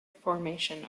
formation